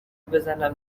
بزنم